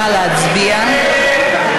נא להצביע.